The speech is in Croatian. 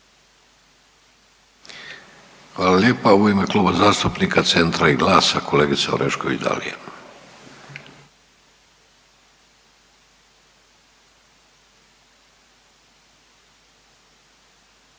Hvala lijepa. U ime Kluba zastupnika Centra i GLAS-a kolegica Orešković Dalija.